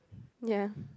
ya